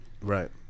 Right